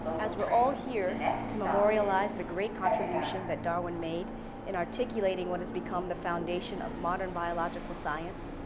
as we're all here to memorialize the great contribution that darwin made in articulating what has become the foundation of modern biological science,